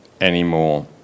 anymore